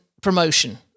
promotion